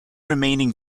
remaining